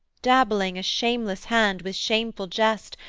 dabbling a shameless hand with shameful jest,